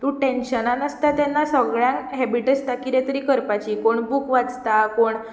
तूं टेन्शनान आसता तेन्ना सगळ्यांक हेबीट आसता की किदें तरी करपाची कोण बूक वाचता कोण